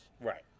Right